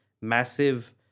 massive